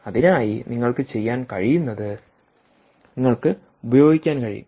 അതിനായി നിങ്ങൾക്ക് ചെയ്യാൻ കഴിയുന്നത് നിങ്ങൾക്ക് ഉപയോഗിക്കാൻ കഴിയും